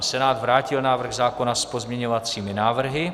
Senát vrátil návrh zákona s pozměňovacími návrhy.